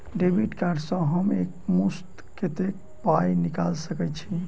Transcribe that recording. Debit card सँ हम एक मुस्त कत्तेक पाई निकाल सकय छी?